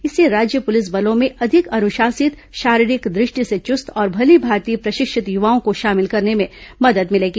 इससे राज्य पुलिस बलों में अधिक अनुशासित शारीरिक दृष्टि से चुस्त और भलीभांति प्रशिक्षित युवाओं को शामिल करने में मदद मिलेगी